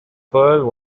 pearl